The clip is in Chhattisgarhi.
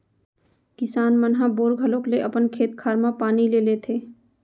किसान मन ह बोर घलौक ले अपन खेत खार म पानी ले लेथें